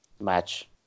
match